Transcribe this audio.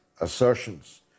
assertions